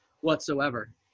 whatsoever